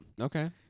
Okay